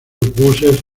buses